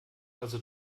also